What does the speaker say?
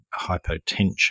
hypotension